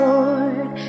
Lord